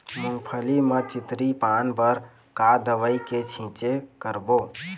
मूंगफली म चितरी पान बर का दवई के छींचे करबो?